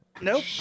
Nope